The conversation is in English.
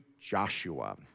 Joshua